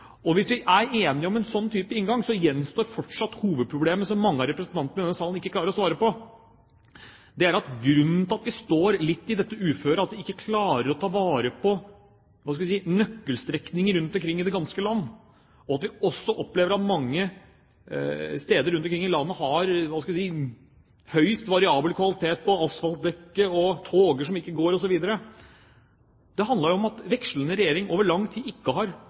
Hvis vi er enige om en sånn type inngang, gjenstår fortsatt hovedproblemet, som mange av representantene i denne salen ikke klarer å svare på: Grunnen til at vi står litt i dette uføret, at vi ikke klarer å ta vare på nøkkelstrekninger rundt omkring i det ganske land, at vi også opplever at mange steder rundt omkring i landet har høyst variabel kvalitet på asfaltdekket, at tog ikke går, osv., er at vekslende regjeringer over lang tid ikke har brukt pengene på det vi i denne salen tilsynelatende er enige om at